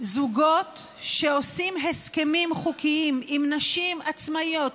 זוגות שעושים הסכמים חוקיים עם נשים עצמאיות,